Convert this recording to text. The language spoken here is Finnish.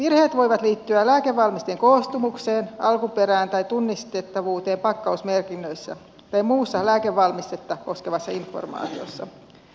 virheet voivat liittyä lääkevalmisteen koostumukseen alkuperään tai tunnistettavuuteen pakkausmerkinnöissä tai muussa lääkevalmistetta koskevassa informaatiossa